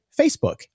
Facebook